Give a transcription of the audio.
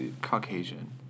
Caucasian